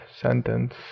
sentence